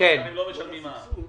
הם לא משלמים מע"מ.